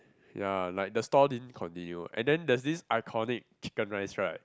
ya like the stall didn't continue and then there's this iconic chicken rice right